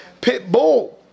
Pitbull